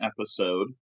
episode